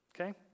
Okay